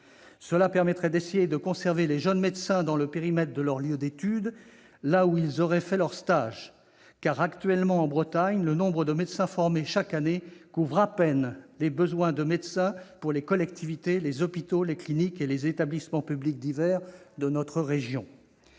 Cela permettrait de conserver les jeunes médecins dans le périmètre de leur lieu d'études, là où ils auraient fait leur stage. Actuellement, en Bretagne, le nombre de médecins formés chaque année couvre à peine les besoins en la matière des collectivités, hôpitaux, cliniques et établissements publics divers. Les lobbies sont